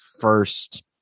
first